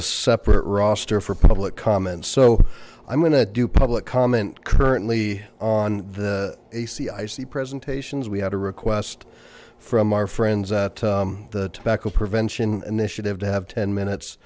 a separate roster for public comments so i'm gonna do public comment currently on the ac i see presentations we had a request from our friends at the tobacco prevention initiative to have ten minutes